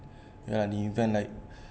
in the event like